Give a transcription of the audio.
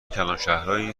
کلانشهرهایی